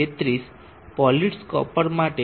33 polished copper માટે 0